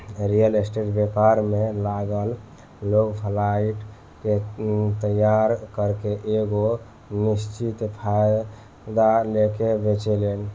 real estate व्यापार में लागल लोग फ्लाइट के तइयार करके एगो निश्चित फायदा लेके बेचेलेन